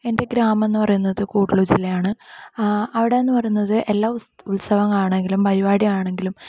എൻ്റെ ഗ്രാമമെന്ന് പറയുന്നത് കൂടൊല്ലു ജില്ലയാണ് അവിടെ എന്നു പറയുന്നത് എല്ലാ ഉത്സവങ്ങളാണെങ്കിലും പരുപാടികളാണെങ്കിലും